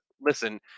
listen